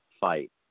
fight